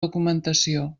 documentació